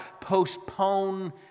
postpone